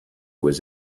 was